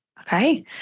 okay